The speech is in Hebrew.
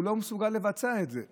והוא לא מסוגל לבצע את זה.